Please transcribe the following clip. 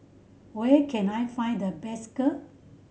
where can I find the best Kheer